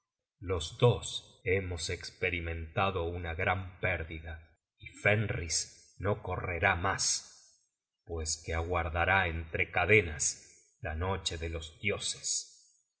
los dos hemos esperimentado una gran pérdida y fenris no correrá mas pues que aguardará entre cadenas la noche de los dioses